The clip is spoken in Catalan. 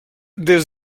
des